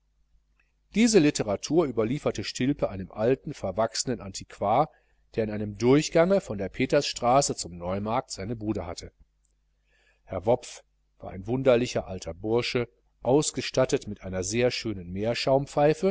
diese literatur überlieferte stilpe einem alten verwachsenen antiquar der in einem durchgange von der petersstraße zum neumarkt seine bude hatte herr wopf war ein wunderlicher alter bursche ausgestattet mit einer sehr schönen